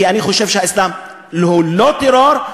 כי אני חושב שהאסלאם הוא לא טרור,